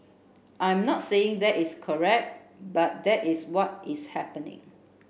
I'm not saying that is correct but that is what is happening